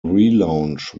relaunch